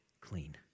clean